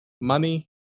money